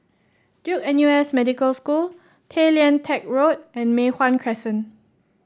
Duke N U S Medical School Tay Lian Teck Road and Mei Hwan Crescent